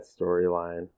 storyline